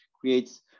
creates